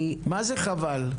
מה זה חבל?